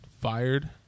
fired